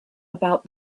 about